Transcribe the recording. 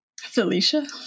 Felicia